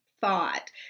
Thought